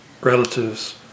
relatives